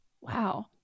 Wow